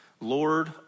Lord